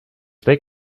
that